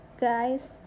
guys